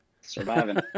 surviving